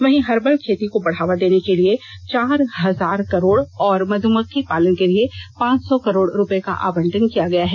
वहीं हर्बल खेती को बढ़ावा देने के लिए चार हजार करोड़ मध्यमक्खी पालन के लिए पांच सौ करोड रुपये का आवंटन किया गया है